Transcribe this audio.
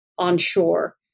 onshore